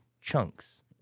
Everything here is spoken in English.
chunks